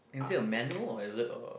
is it a manual or is it a